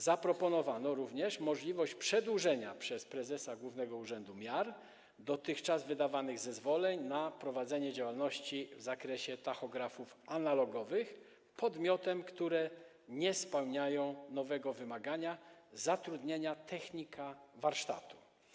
Zaproponowano także możliwość przedłużenia przez prezesa Głównego Urzędu Miar dotychczas wydawanych zezwoleń na prowadzenie działalności w zakresie tachografów analogowych podmiotom, które nie spełniają nowego wymagania zatrudniania technika warsztatu.